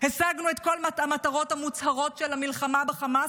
השגנו את כל המטרות המוצהרות של המלחמה בחמאס,